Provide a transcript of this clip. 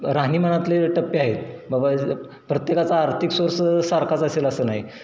राहणीमानातले टप्पे आहेत बाबा ज प्रत्येकाचा आर्थिक सोरस सारखाच असेल असं नाही